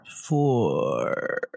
Four